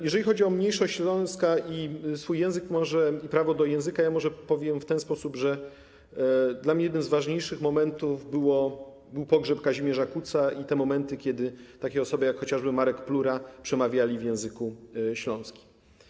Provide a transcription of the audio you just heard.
Jeżeli chodzi o mniejszość Śląska i jej język, może prawo do języka, to może powiem w ten sposób, że dla mnie jednym z ważniejszych momentów był pogrzeb Kazimierza Kutza i te momenty, kiedy takie osoby jak chociażby Marek Plura przemawiały w języku śląskim.